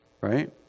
right